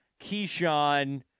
Keyshawn